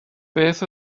beth